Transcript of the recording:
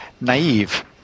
naive